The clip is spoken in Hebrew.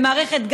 במערכת,